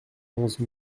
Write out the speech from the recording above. onze